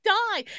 die